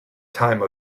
time